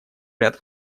ряд